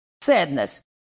sadness